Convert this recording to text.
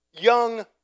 young